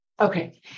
Okay